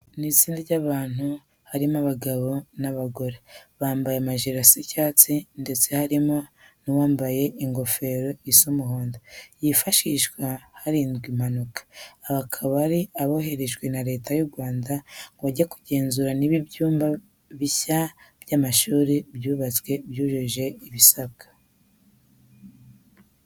Ni itsinda ry'abantu, harimo abagabo n'abagore, bambaye amajire asa icyatsi ndetse harimo n'uwambaye ingofero isa umuhondo yifashishwa hirindwa impanuka. Aba bakaba ari aboherejwe na Leta y'u Rwanda ngo bajye kugenzura niba ibyumba bishya by'amashuri byubatswe byujuje ibisabwa.